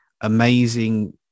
amazing